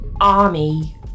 army